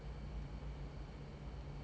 ya so